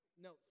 No